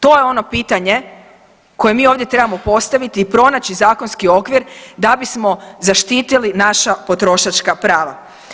To je ono pitanje koje mi ovdje trebamo postaviti i pronaći zakonski okvir da bismo zaštitili naša potrošačka prava.